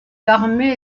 l’armée